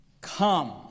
Come